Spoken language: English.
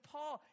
Paul